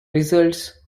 results